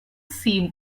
seem